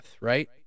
right